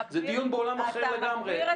זה דיון בעולם אחר לגמרי.